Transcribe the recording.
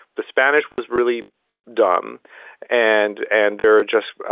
the spanish was really dumb and and they're just,